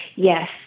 Yes